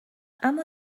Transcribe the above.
اما